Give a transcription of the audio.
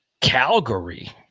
Calgary